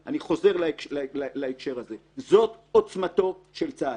אני חוזר להקשר הזה זאת עוצמתו של צה"ל,